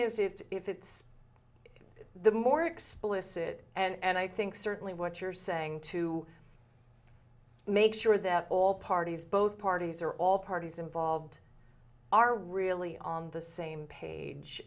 is if it's the more explicit and i think certainly what you're saying to make sure that all parties both parties are all parties involved are really on the same page